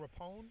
Rapone